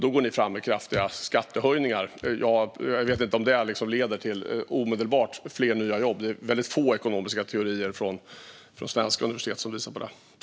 Ni går fram med kraftiga skattehöjningar för dem, och jag vet inte om det leder till omedelbart fler nya jobb. Det är få ekonomiska teorier från svenska universitet som visar på det.